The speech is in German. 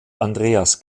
andreas